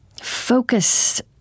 focus